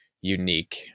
unique